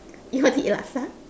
you want to eat laksa